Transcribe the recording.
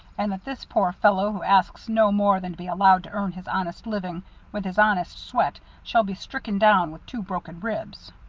and that this poor fellow who asks no more than to be allowed to earn his honest living with his honest sweat shall be stricken down with two broken ribs?